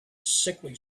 sickly